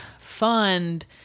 fund